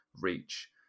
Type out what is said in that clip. reach